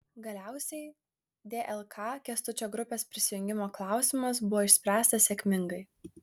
galiausiai dlk kęstučio grupės prisijungimo klausimas buvo išspręstas sėkmingai